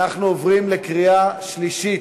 אנחנו עוברים לקריאה שלישית.